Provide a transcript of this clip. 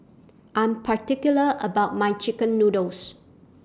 I'm particular about My Chicken Noodles